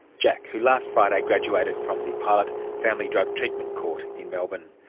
jack, who last friday graduated from the pilot family drug treatment court in melbourne.